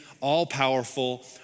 all-powerful